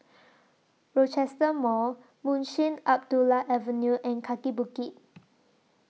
Rochester Mall Munshi Abdullah Avenue and Kaki Bukit